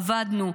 עבדנו,